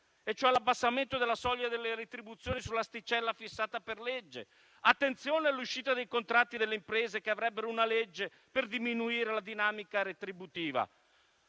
all'abbassamento cioè della soglia delle retribuzioni sull'asticella fissata per legge, all'uscita dei contratti delle imprese che avrebbero una legge per diminuire la dinamica retributiva.